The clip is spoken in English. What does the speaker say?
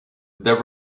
there